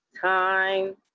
time